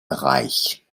reich